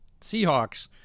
Seahawks